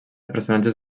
personatges